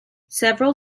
several